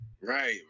right